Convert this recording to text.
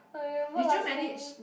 I remember last time